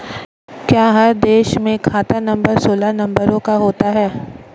क्या हर देश में खाता नंबर सोलह नंबरों का होता है?